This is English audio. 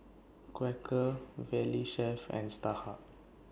Quaker Valley Chef and Starhub